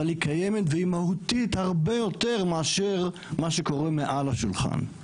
אבל היא קיימת והיא מהותית הרבה יותר מאשר מה שקורה מעל השולחן.